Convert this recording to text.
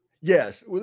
Yes